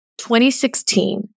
2016